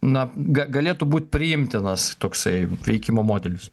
na ga galėtų būt priimtinas toksai veikimo modelis